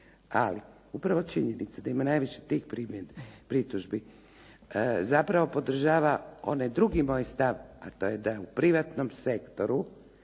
Ali upravo činjenica da ima najviše tih pritužbi zapravo podržava onaj drugi moj stav a to je da u privatnom sektoru